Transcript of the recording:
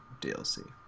dlc